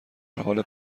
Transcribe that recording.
حال